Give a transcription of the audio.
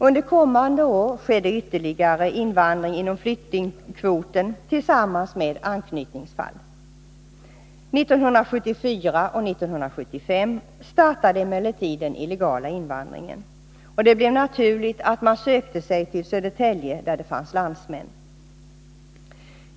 Under kommande år skedde ytterligare invandring inom flyktingkvoten tillsammans med anknytningsfall. 1974 och 1975 startade emellertid den illegala invandringen, och det blev naturligt att man sökte sig till Södertälje där det fanns landsmän.